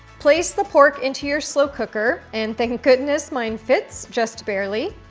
place the pork into your slow cooker. and thank goodness mine fits, just barely.